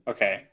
Okay